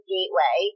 Gateway